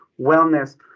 wellness